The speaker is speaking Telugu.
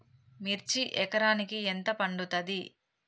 మిర్చి ఎకరానికి ఎంత పండుతది?